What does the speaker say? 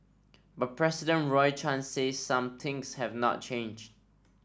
but President Roy Chan says some things have not change